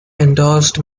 endorsed